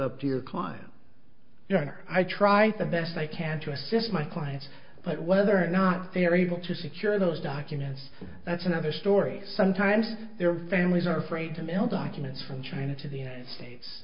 client your honor i try the best i can to assist my client but one other not they are able to secure those documents that's another story sometimes their families are afraid to mail documents from china to the united states